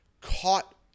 caught